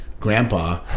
grandpa